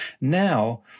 Now